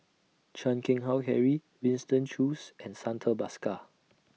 Chan Keng Howe Harry Winston Choos and Santha Bhaskar